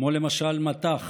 כמו למשל מטח,